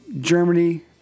Germany